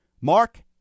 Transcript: Mark